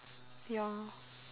ya